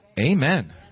Amen